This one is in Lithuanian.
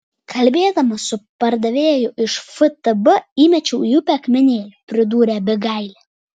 kalbėdama su padavėju iš ftb įmečiau į upę akmenėlį pridūrė abigailė